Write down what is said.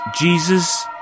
Jesus